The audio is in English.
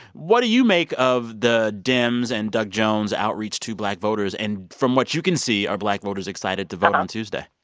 what do you make of the dems and doug jones' outreach to black voters? and from what you can see, are black voters excited to vote on tuesday?